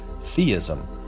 theism